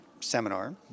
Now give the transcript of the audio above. seminar